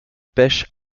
pêche